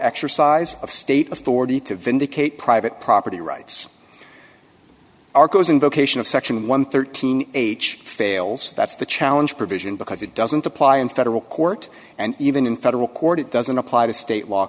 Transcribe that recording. exercise of state authority to vindicate private property rights arcos invocation of section one hundred and thirteen h fails that's the challenge provision because it doesn't apply in federal court and even in federal court it doesn't apply to state law